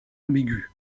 ambigu